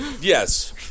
Yes